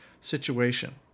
situation